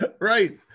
right